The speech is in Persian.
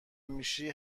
میشی